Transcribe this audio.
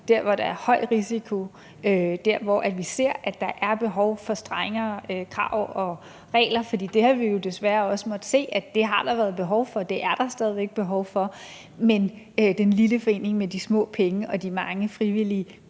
der, hvor der er høj risiko, der, hvor vi ser at der er behov for strengere krav og regler, for vi har jo desværre også måttet se, at der har været behov for det, og at der stadig væk er behov for det. Men den lille forening med de små penge og de mange frivillige